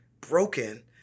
broken